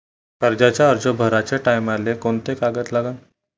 कर्जाचा अर्ज भराचे टायमाले कोंते कागद लागन?